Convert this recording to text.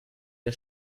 der